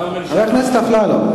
המסחר והתעסוקה.